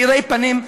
מאירי פנים,